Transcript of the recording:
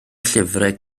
llyfrau